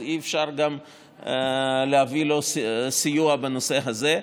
אי-אפשר גם להביא לו סיוע בנושא הזה.